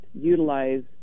utilize